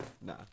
Nah